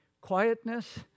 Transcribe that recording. quietness